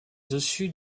dessus